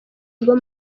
bwo